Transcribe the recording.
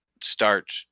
start